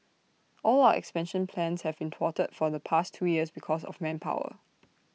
all our expansion plans have been thwarted for the past two years because of manpower